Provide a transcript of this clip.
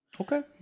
Okay